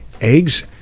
eggs